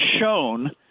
shown